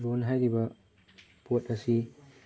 ꯂꯣꯟ ꯍꯥꯏꯔꯤꯕ ꯄꯣꯠ ꯑꯁꯤ